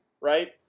right